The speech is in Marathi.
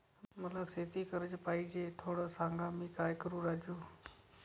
मला शेती कर्ज पाहिजे, थोडं सांग, मी काय करू राजू?